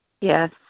Yes